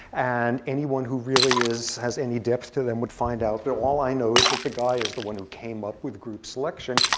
and anyone who really has any depth to them would find out. but all i know is that the guy is the one who came up with group selection.